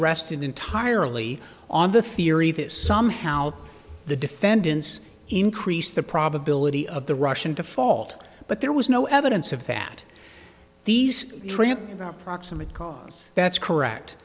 rested entirely on the theory this somehow the defendants increase the probability of the russian default but there was no evidence of that these trips are proximate cause that's correct